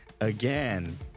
again